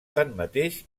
tanmateix